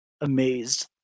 amazed